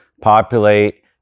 populate